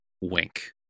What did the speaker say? wink